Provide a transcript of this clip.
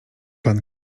pan